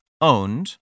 owned